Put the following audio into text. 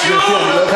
עשית את זה,